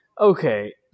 Okay